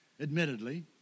admittedly